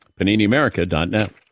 PaniniAmerica.net